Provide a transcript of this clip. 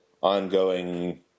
ongoing